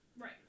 right